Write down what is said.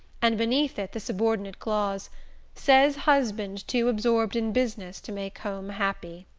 and beneath it the subordinate clause says husband too absorbed in business to make home happy.